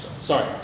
Sorry